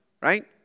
Right